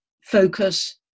focus